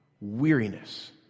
weariness